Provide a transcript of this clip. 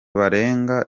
barenga